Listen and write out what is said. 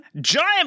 Giant